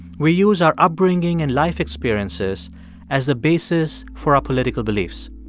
we use our upbringing and life experiences as the basis for our political beliefs.